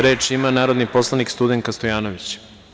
Reč ima narodni poslanik Studenka Stojanović.